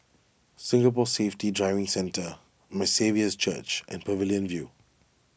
Singapore Safety Driving Centre My Saviour's Church and Pavilion View